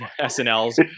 SNL's